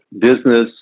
business